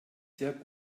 sehr